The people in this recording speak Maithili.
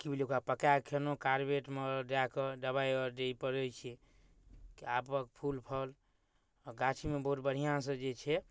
की बुझलियै ओकरा पकैके खेलहुॅं कारबेट मे दै कऽ दबाइ आर दियै पड़ै छै आबक फूल फल गाछीमे बहुत बढ़िआँ सँ जे छै